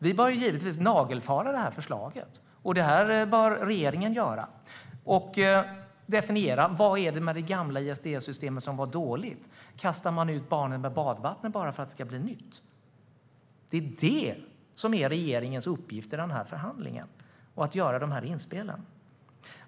Vi bör givetvis nagelfara förslaget. Det bör regeringen göra och definiera vad som var dåligt i det gamla ISDS-systemet. Ska man kasta ut barnet med badvattnet bara för att det ska bli nytt? Regeringens uppgift i förhandlingen är att göra dessa inspel.